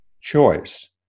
choice